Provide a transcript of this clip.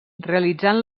realitzant